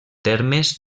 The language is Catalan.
termes